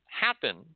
happen